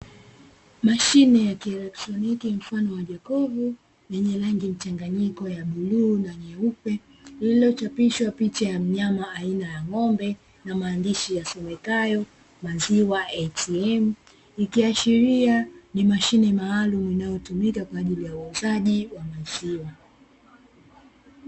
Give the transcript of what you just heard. Mashine ya kielektroniki mfano wa jokovu yenye rangi mchanganyiko ya bluu na nyeupe, iliyochapishwa picha ya mnyama aina ya ng'ombe na maandishi, yasomekayo "maziwa ATM" ikiashilia ni mashine maalumu inayotumika kwa ajili ya uuzaji wa maziwa.